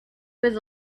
was